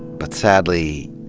but sadly,